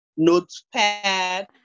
notepad